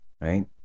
right